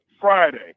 Friday